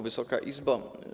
Wysoka Izbo!